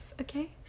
Okay